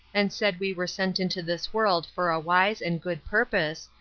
and said we were sent into this world for a wise and good purpose,